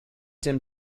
dem